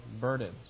burdens